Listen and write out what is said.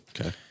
Okay